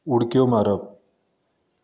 उडक्यो मारप